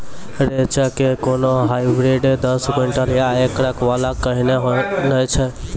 रेचा के कोनो हाइब्रिड दस क्विंटल या एकरऽ वाला कहिने नैय छै?